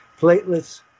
Platelets